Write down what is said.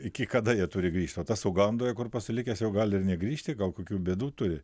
iki kada jie turi grįžt o tas ugandoje kur pasilikęs jau gali ir negrįžti gal kokių bėdų turi